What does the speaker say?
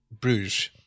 bruges